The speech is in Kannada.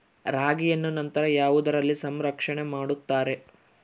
ರಾಗಿಯನ್ನು ನಂತರ ಯಾವುದರಲ್ಲಿ ಸಂರಕ್ಷಣೆ ಮಾಡುತ್ತಾರೆ?